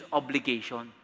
obligation